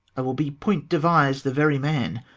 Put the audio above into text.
i will be point-devise the very man.